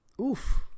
Oof